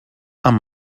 amb